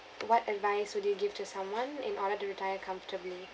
what advice would you give to someone in order to retire comfortably